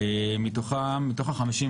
מתוכם רק חמישה,